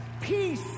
Peace